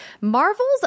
Marvel's